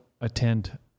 attend